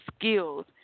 skills